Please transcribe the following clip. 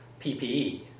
PPE